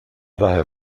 daher